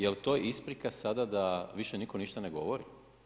Jel' to isprika sada da više nitko ništa ne govori?